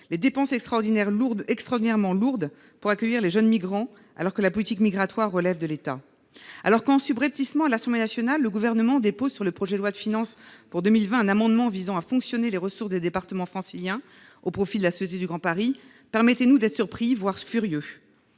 les dépenses extraordinairement lourdes pour accueillir les jeunes migrants, alors que la politique migratoire relève de l'État. Aussi, quand le Gouvernement dépose subrepticement à l'Assemblée nationale un amendement sur le projet de loi de finances pour 2020 visant à ponctionner les ressources des départements franciliens au profit de la Société du Grand Paris (SGP), permettez-nous d'être surpris, voire furieux